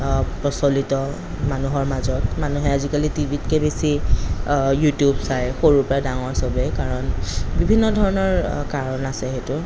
প্ৰচলিত মানুহৰ মাজত মানুহে আজিকালি টিভিতকৈ বেছি ইউটিউব চাই সৰুৰপৰা ডাঙৰ চবেই কাৰণ বিভিন্ন ধৰণৰ কাৰণ আছে সেইটো